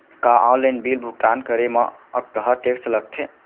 का online bill भुगतान करे मा अक्तहा टेक्स लगथे?